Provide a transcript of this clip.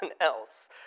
else